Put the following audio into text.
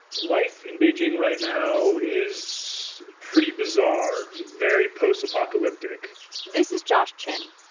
life in beijing right now is pretty bizarre, very post-apocalyptic this is josh chen.